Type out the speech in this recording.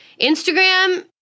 Instagram